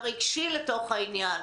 הרגשי בעניין,